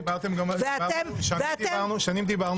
שנים דיברנו